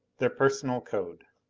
their personal code.